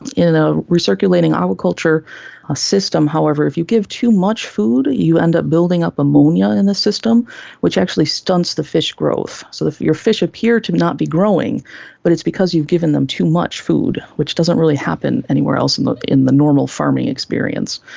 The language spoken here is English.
in a recirculating aquaculture ah system however, if you give too much food you end up building up ammonia in the system which actually stunts the fish growth. so your fish appear to not be growing but it's because you've given them too much food which doesn't really happen anywhere else and in the normal farming experience.